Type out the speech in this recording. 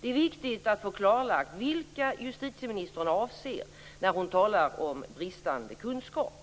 Det är viktigt att få klarlagt vilka justitieministern avser när hon talar om bristande kunskap.